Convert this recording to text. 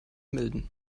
melden